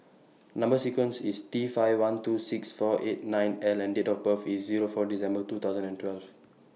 Number sequence IS T five one two six four eight nine L and Date of birth IS four December two thousand and twelve